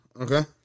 Okay